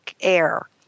Air